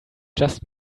just